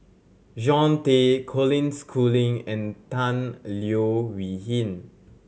John Tay Colin Schooling and Tan Leo Wee Hin